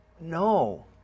No